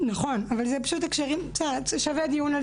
נכון, אבל זה שווה דיון.